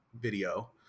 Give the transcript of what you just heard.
video